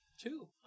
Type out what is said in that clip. Two